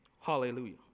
Hallelujah